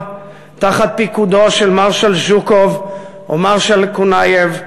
תחת פיקודו של מרשל ז'וקוב ומרשל קונייב,